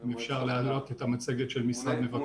האם אפשר להעלות את המצגת של משרד מבקר המדינה?